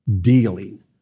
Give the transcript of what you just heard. dealing